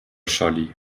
scholli